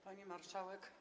Pani Marszałek!